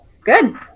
Good